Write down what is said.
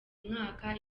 mwaka